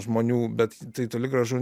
žmonių bet tai toli gražu